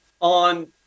on